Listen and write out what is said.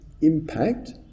impact